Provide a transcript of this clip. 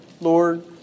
Lord